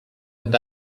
and